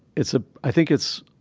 it's a, i think it's,